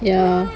ya